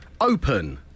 Open